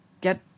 get